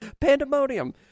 Pandemonium